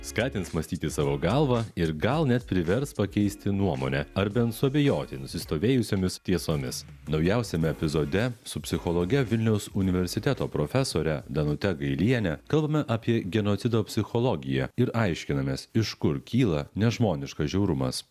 skatins mąstyti savo galva ir gal net privers pakeisti nuomonę ar bent suabejoti nusistovėjusiomis tiesomis naujausiame epizode su psichologe vilniaus universiteto profesore danute gailiene kalbame apie genocido psichologiją ir aiškinamės iš kur kyla nežmoniškas žiaurumas